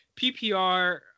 PPR